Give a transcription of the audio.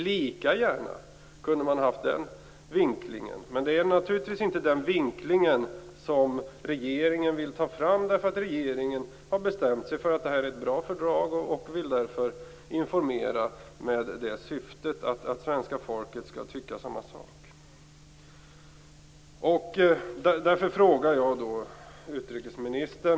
Man kunde lika gärna ha haft den vinklingen, men det är naturligtvis inte den vinkling som regeringen vill ta fram, för regeringen har bestämt sig för att det är fråga om ett bra fördrag och vill informera med syftet att svenska folket skall tycka samma sak. Därför ställer jag två frågor till utrikesministern.